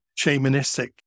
shamanistic